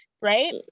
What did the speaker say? right